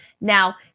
Now